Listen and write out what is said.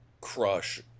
crush